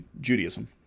Judaism